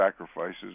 sacrifices